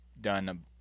done